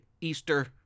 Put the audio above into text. Easter